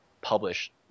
publish